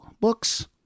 Books